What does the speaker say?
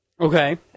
Okay